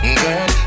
girl